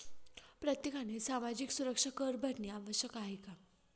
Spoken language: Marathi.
प्रत्येकाने सामाजिक सुरक्षा कर भरणे आवश्यक आहे का?